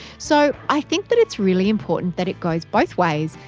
so i think that it's really important that it goes both ways.